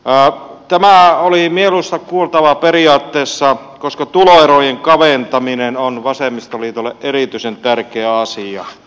tämä oli mieluista kuultavaa periaatteessa koska tuloerojen kaventaminen on vasemmistoliitolle erityisen tärkeä asia